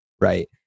Right